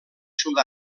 sud